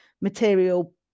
material